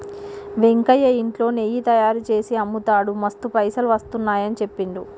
వెంకయ్య ఇంట్లో నెయ్యి తయారుచేసి అమ్ముతాడు మస్తు పైసలు వస్తున్నాయని చెప్పిండు